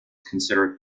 considered